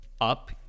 up